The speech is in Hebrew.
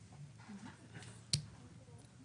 (הישיבה נפסקה בשעה 12:00 ונתחדשה בשעה 12:30.)